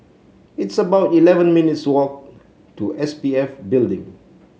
it's about eleven minutes' walk to S P F Building